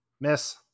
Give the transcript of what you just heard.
Miss